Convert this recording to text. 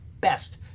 best